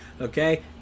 Okay